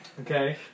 okay